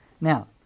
Now